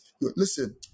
listen